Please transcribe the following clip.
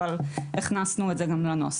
אבל הכנסנו את זה גם לנוסח.